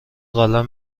قلم